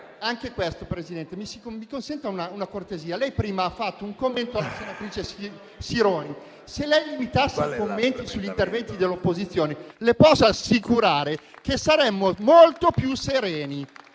*(M5S)*. Presidente, mi faccia una cortesia: prima ha fatto un commento alla senatrice Sironi; se limitasse i commenti sugli interventi dell'opposizione, le posso assicurare che saremmo molto più sereni,